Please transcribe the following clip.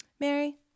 Mary